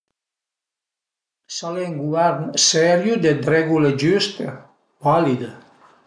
S'al e ün guvern serio, de dë regule giüste, valide